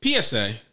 PSA